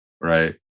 right